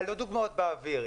לא דוגמאות באוויר.